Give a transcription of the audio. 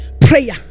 prayer